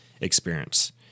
experience